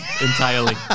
entirely